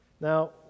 Now